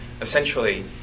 essentially